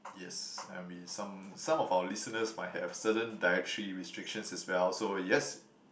yes I mean some some of our listeners might have certain dietary restrictions as well so yes